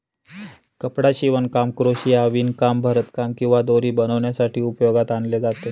कपडा शिवणकाम, क्रोशिया, विणकाम, भरतकाम किंवा दोरी बनवण्यासाठी उपयोगात आणले जाते